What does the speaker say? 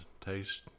taste